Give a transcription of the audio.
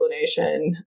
explanation